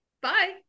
Bye